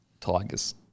Tigers